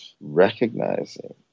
recognizing